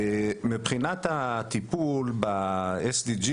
מבחינת הטיפול ב-SDG,